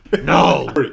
No